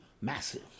massive